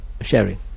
sharing